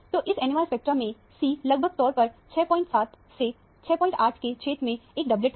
तो इस NMR spectrum में c लगभग तौर पर 67 से 68 के क्षेत्र में एक डबलएट है